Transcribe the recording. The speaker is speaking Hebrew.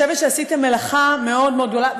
אני חושבת שעשיתם מלאכה מאוד מאוד גדולה,